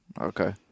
okay